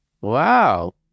Wow